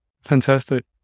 Fantastic